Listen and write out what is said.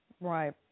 Right